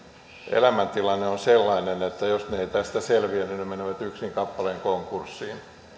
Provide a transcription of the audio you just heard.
elämäntilanne on sellainen että jos he eivät tästä selviä niin he menevät yksin kappalein konkurssiin